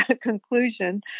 conclusion